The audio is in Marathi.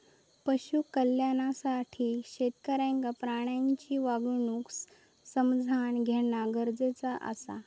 पशु कल्याणासाठी शेतकऱ्याक प्राण्यांची वागणूक समझान घेणा गरजेचा आसा